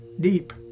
deep